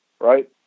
right